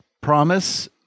Promise